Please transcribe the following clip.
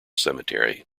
cemetery